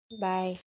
Bye